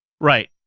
Right